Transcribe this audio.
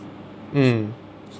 mm